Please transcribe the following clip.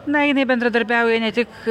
na jinai bendradarbiauja ne tik